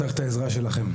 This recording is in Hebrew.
צריך את העזרה שלכם.